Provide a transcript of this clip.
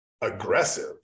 aggressive